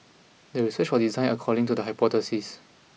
the research was designed according to the hypothesis